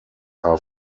are